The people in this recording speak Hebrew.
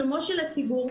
שלומו של הציבור,